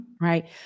Right